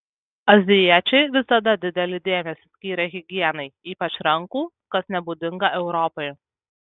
azijiečiai visada didelį dėmesį skyrė higienai ypač rankų kas nebūdinga europai